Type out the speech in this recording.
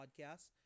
podcasts